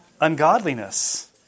Ungodliness